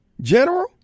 General